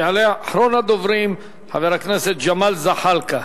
יעלה אחרון הדוברים, חבר הכנסת ג'מאל זחאלקה.